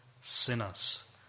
sinners